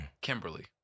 Kimberly